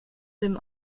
dem